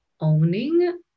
owning